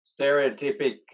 stereotypic